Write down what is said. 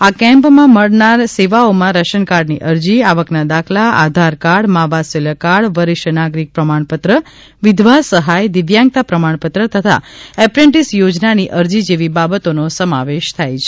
આ કેમ્પમાં મળનાર સેવાઓમાં રાશનકાર્ડની અરજી આવકના દાખલા આધારકાર્ડ મા વાત્સલ્ય કાર્ડ વરિષ્ઠ નાગરિક પ્રમાણ પત્ર વિધવા સહાય દિવ્યાંગતા પ્રમાણપત્ર તથા એપ્રેન્ટિસ યોજનાની અરજી જેવી બાબતોનો સમાવેશ થાય છે